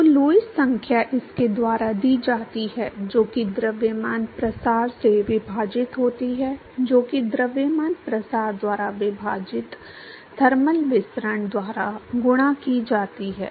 तो लुईस संख्या इसके द्वारा दी जाती है जो कि द्रव्यमान प्रसार से विभाजित होती है जो कि द्रव्यमान प्रसार द्वारा विभाजित थर्मल विसरण द्वारा गुणा की जाती है